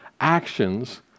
actions